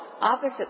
opposite